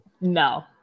No